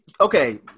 okay